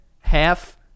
half